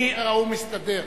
ההוא מסתדר.